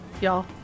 y'all